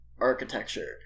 architecture